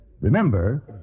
Remember